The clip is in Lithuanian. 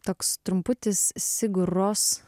toks trumputis siguros